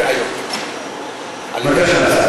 בבקשה.